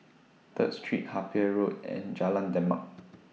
Third Street Harper Road and Jalan Demak